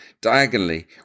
diagonally